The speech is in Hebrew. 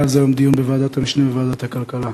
היה על זה היום דיון בוועדת המשנה לוועדת הכלכלה.